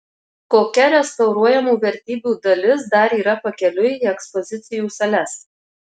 kokia restauruojamų vertybių dalis dar yra pakeliui į ekspozicijų sales